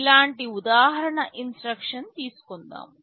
ఇలాంటి ఉదాహరణ ఇన్స్ట్రక్షన్ తీసుకుందాం